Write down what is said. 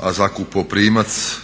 a zakupoprimac